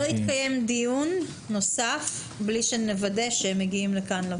לא יתקיים דיון נוסף בלי שנוודא שהם מגיעים לכאן לוועדה.